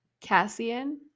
Cassian